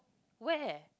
where